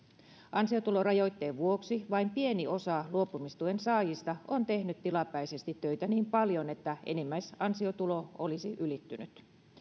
ansiotulorajoitteen vuoksi vain pieni osa luopumistuen saajista on tehnyt tilapäisesti töitä niin paljon että enimmäisansiotulo olisi ylittynyt